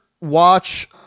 watch